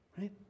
right